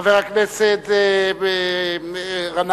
חבר הכנסת גנאים,